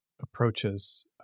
approaches